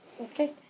okay